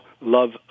Love